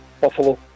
Buffalo